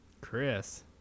Chris